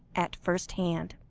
at first hand.